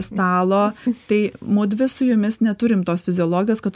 stalo tai mudvi su jumis neturim tos fiziologijos kad